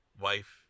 wife